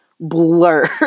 blur